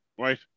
right